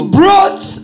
brought